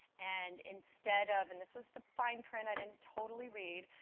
and instead of, and this was the fine print i didn't totally read,